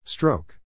Stroke